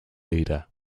leader